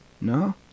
No